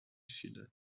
sud